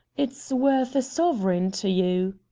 it's worth a sovereign to you.